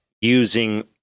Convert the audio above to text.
using